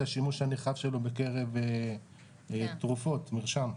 השימוש הנרחב שלו בקרב תרופות מרשם.